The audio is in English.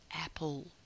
apple